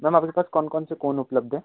ma'am आपके पास कौन कौन से कोन उपलब्ध हैं